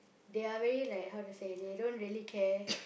they are very like how to say they don't really care